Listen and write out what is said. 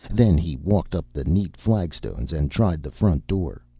then he walked up the neat flagstones and tried the front door.